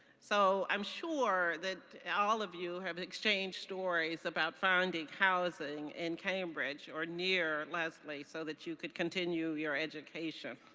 so i'm sure that all of you have exchanged stories about finding housing in cambridge or near lesley so that you could continue your education.